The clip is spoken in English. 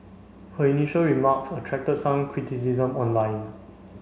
her initial remarks attracted some criticism online